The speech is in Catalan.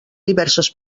diverses